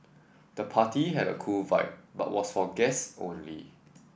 the party had a cool vibe but was for guests only